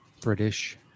British